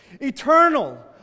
eternal